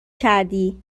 کردی